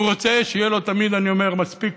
שיהיה לו, תמיד אני אומר, מספיק